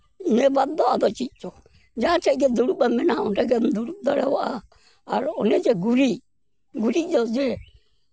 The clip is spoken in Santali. ᱤᱱᱟᱹ ᱵᱟᱫ ᱫᱚ ᱟᱫᱚ ᱪᱮᱫ ᱡᱟᱦᱟᱸ ᱴᱷᱮᱡ ᱜᱮ ᱫᱩᱲᱩᱵᱟ ᱢᱮᱱᱟ ᱚᱸᱰᱮ ᱜᱮᱢ ᱫᱩᱲᱩᱵ ᱫᱟᱲᱮᱭᱟᱜᱼᱟ ᱟᱨ ᱚᱱᱮ ᱡᱮ ᱜᱩᱨᱤᱡ ᱜᱩᱨᱤᱡᱚᱜ ᱡᱮ